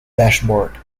dashboard